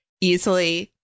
easily